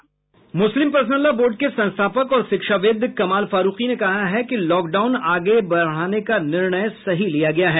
मुस्लिम personal law board के संस्थापक और शिक्षाविद कमाल फारूकी ने कहा है कि लॉकडाउन आगे बढाने का निर्णय सही लिया गया है